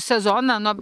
sezoną na